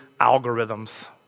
algorithms